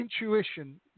intuition